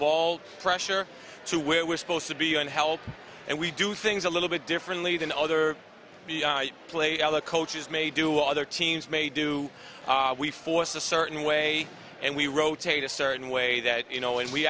ball pressure to where we're supposed to be and help and we do things a little bit differently than other play other cultures may do other teams may do are we force a certain way and we rotate a certain way that you know